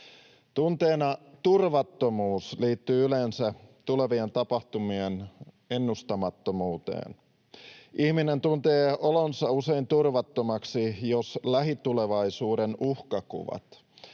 Tunteena turvattomuus liittyy yleensä tulevien tapahtumien ennustamattomuuteen. Ihminen tuntee olonsa usein turvattomaksi, jos lähitulevaisuuden uhkakuvat